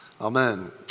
Amen